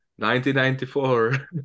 1994